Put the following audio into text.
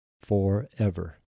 forever